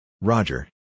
Roger